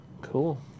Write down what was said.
Cool